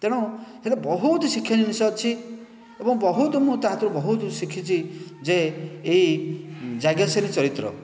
ତେଣୁ ସେଥିରେ ବହୁତ ଶିକ୍ଷଣୀୟ ଜିନିଷ ଅଛି ଏବଂ ବହୁତ ମୁଁ ତା ସେଥିରୁ ବହୁତ ଶିଖିଛି ଯେ ଏଇ ଯାଜ୍ଞସେନୀ ଚରିତ୍ର